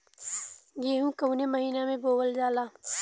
गेहूँ कवने महीना में बोवल जाला?